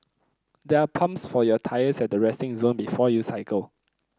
there are pumps for your tyres at the resting zone before you cycle